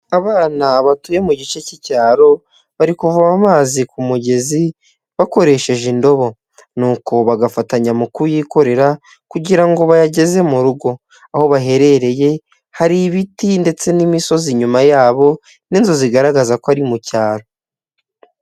Abana batuye mu gice cy'icyaro, bari kuvoma amazi ku mugezi, bakoresheje indobo. Nuko bagafatanya mu kuyikorera, kugira ngo bayageze mu rugo. Aho baherereye, hari ibiti ndetse n'imisozi inyuma yabo, n'inzu zigaragaza ko ari mu cyaro.